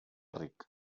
ric